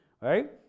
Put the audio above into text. right